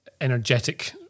energetic